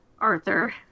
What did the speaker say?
Arthur